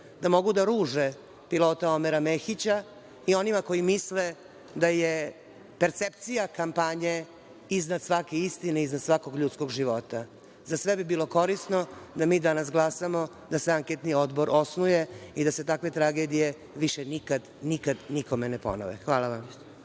da mogu da ruže pilota Omera Mehića i onima koji misle da je percepcija kampanje iznad svake istine, iznad svakog ljudskog života. Za sve bi bilo korisno da mi danas glasamo da se anketni odbor osnuje i da se takve tragedije više nikada, nikome ne ponove. Hvala vam.